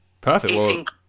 Perfect